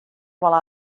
while